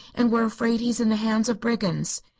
and we're afraid he is in the hands of brigands.